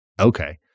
Okay